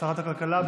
שרת הכלכלה,